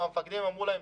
המפקדים אמרו להם